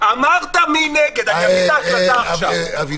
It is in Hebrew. אמרת מי נגד, תבדוק